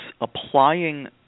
applying